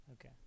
Okay